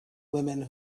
women